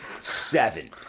Seven